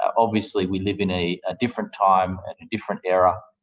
obviously we live in a a different time and a different era,